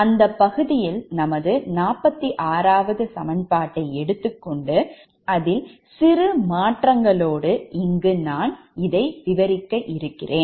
அந்தப் பகுதியில் நமது 46 ஆவது சமன்பாட்டை எடுத்துக்கொண்டு அதில் சிறு மாற்றங்களோடு இங்கு நான் விவரிக்கிறேன்